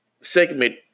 segment